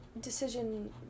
decision